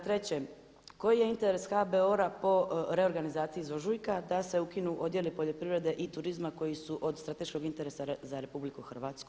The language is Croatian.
Treće, koji je interes HBOR-a po reorganizaciji iz ožujka da se ukinu odjeli poljoprivrede i turizma koji su od strateškog interesa za RH.